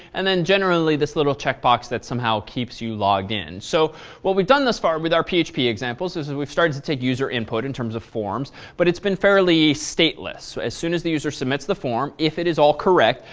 and then generally this little chec box that somehow keeps you logged in. so what we've done thus far with our php examples is is we've started to take user input in terms of forms but it's been fairly stateless. as soon as the user submits the form, if it is all correct,